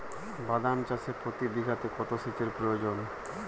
বাদাম চাষে প্রতি বিঘাতে কত সেচের প্রয়োজন?